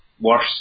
worse